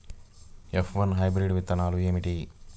F one hybrid విత్తనాలు ఏమిటి?